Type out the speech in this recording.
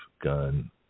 gun